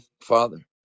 Father